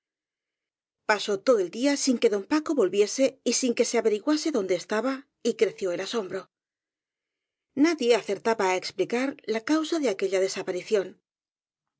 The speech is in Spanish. pasó todo el día sin que don paco volviese y sin que se averiguase dónde estaba y creció el asombro nadie acertaba á explicar la causa de aquella